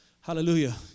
Hallelujah